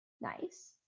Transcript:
nice